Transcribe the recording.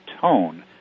tone